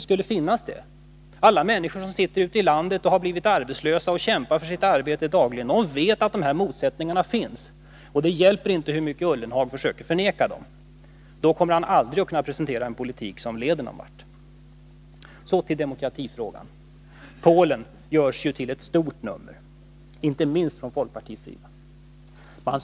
Alla arbetslösa människor ute i landet och alla som dagligen kämpar för att få behålla sitt arbete vet att dessa motsättningar finns. Det hjälper inte hur mycket Jörgen Ullenhag än försöker förneka dem. Om han fortsätter med det, kommer han aldrig att kunna presentera en politik som leder någon vart. Så till demokratifrågan. Polen görs till ett stort nummer, inte minst från folkpartiets sida.